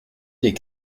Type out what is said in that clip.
des